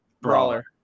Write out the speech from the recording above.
Brawler